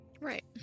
Right